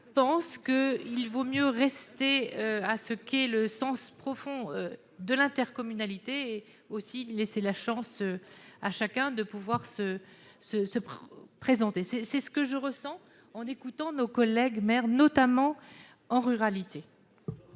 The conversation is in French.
pense qu'il vaut mieux nous en tenir au sens profond de l'intercommunalité et laisser à chacun la chance de se présenter. C'est ce que je ressens en écoutant nos collègues maires, notamment en ruralité.